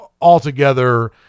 altogether